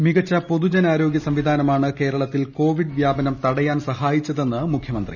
ന് മികച്ച പൊ്തുജനാരോഗ്യ സംവിധാനമാണ് കേരളത്തിൽ കോവിഡ് വ്യാപനം തടയാൻ സഹായിച്ചതെന്ന് മുഖ്യമന്ത്രി